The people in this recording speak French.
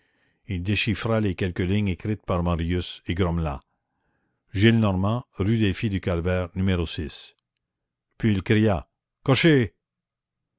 il déchiffra les quelques lignes écrites par marius et grommela gillenormand rue des filles du calvaire numéro puis il cria cocher